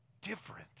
different